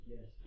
Yes